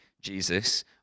Jesus